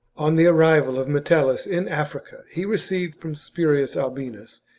on the arrival of metellus in africa, he received from spurius albinus,